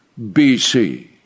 BC